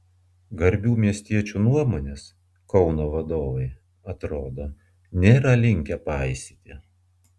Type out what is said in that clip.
garbių miestiečių nuomonės kauno vadovai atrodo nėra linkę paisyti